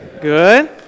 Good